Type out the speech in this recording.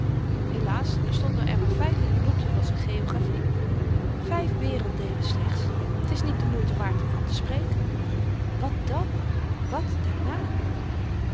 helaas er stonden er maar vyf in t boekje van z'n geografie vyf werelddeelen slechts t is niet de moeite waard om van te spreken wat dàn wat daarna